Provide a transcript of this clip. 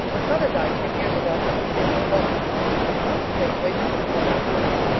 when mother died ten years ago i couldn't stay here alone. and i couldn't afford to pay the wages of a grown-up girl.